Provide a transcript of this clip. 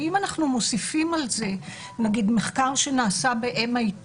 ואם אנחנו מוסיפים על זה מחקר שנעשה ב-MIT,